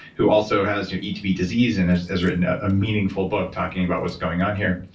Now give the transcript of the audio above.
who also has your eat to beat disease and has has written a meaningful book talking about what's going on here.